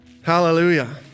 Hallelujah